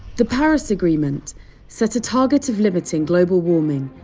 the paris agreement set a target of limiting global warming,